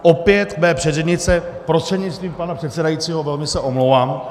Opět k mé předřečnici, prostřednictvím pana předsedajícího, velmi se omlouvám.